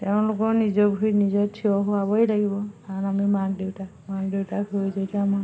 তেওঁলোকক নিজৰ ভৰিত নিজে থিয় হোৱাবই লাগিব কাৰণ আমি মাক দেউতাক মাক দেউতাক হৈ যদি আমাৰ